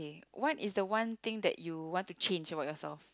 what is the one thing that you want to change about yourself